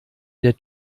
der